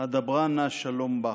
אדברה נא שלום בך".